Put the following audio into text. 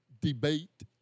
debate